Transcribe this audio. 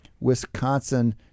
Wisconsin